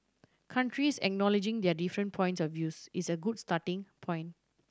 countries acknowledging their different points of views is a good starting point